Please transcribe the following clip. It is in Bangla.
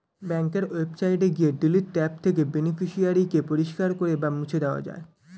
ব্যাঙ্কের ওয়েবসাইটে গিয়ে ডিলিট ট্যাব থেকে বেনিফিশিয়ারি কে পরিষ্কার করে বা মুছে দেওয়া যায়